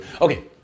okay